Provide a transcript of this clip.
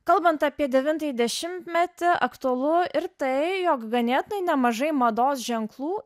kalbant apie devintąjį dešimtmetį aktualu ir tai jog ganėtinai nemažai mados ženklų